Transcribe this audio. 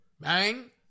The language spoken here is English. Bang